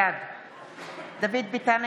בעד דוד ביטן,